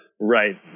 Right